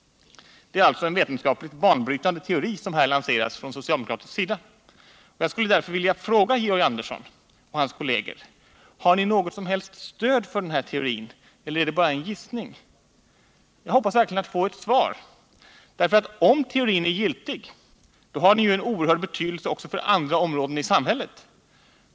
Det är alltså en vetenskapligt banbrytande teori som har lanserats från socialdemokratisk sida, och jag skulle därför vilja fråga Georg Andersson och hans kolleger: Har ni något som helst stöd för den här teorin eller är den bara en gissning? Jag hoppas verkligen att få ett svar, därför att om teorin är giltig har den ju en oerhörd betydelse också för andra områden av samhället.